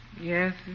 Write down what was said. Yes